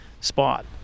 spot